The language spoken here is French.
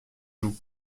joues